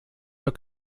für